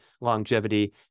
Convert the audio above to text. longevity